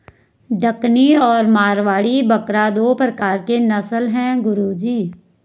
डकनी और मारवाड़ी बकरा दो प्रकार के नस्ल है गुरु जी